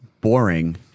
boring